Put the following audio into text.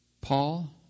Paul